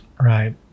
right